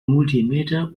multimeter